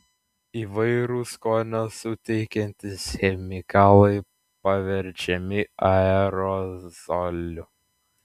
įvairūs skonio suteikiantys chemikalai paverčiami aerozoliu